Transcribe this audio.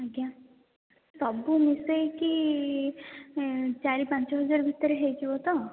ଆଜ୍ଞା ସବୁ ମିସେଇକି ଚାରି ପାଞ୍ଚ ହଜାର ଭିତରେ ହୋଇଯିବ ତ